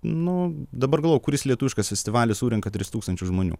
nu dabar galvoju kuris lietuviškas festivalis surenka tris tūkstančius žmonių